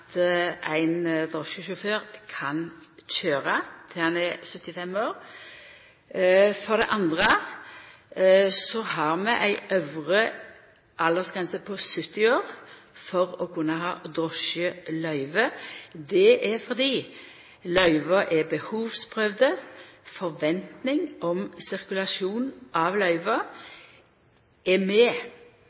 drosjesjåfør kan køyra til han er 75 år. For det andre har vi ei øvre aldersgrense på 70 år for å kunna ha drosjeløyve. Det er fordi løyva er behovsprøvde. Forventing om sirkulasjon av løyva er med